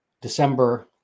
December